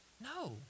No